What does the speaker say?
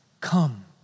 come